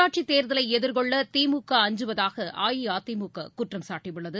உள்ளாட்சித் தேர்தலைதிர்கொள்ளதிமுக அஞ்சுவதாகஅஇஅதிமுககுற்றம்சாட்டியுள்ளது